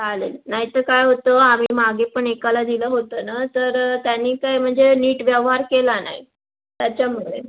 चालेल नाहीतर काय होतं आम्ही मागे पण एकाला दिलं होतं ना तर त्याने काय म्हणजे नीट व्यवव्हार केला नाही त्याच्यामुळे